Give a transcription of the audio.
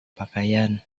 pakaian